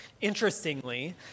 Interestingly